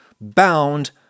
bound